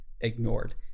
ignored